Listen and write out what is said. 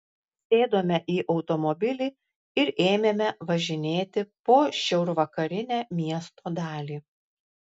sėdome į automobilį ir ėmėme važinėti po šiaurvakarinę miesto dalį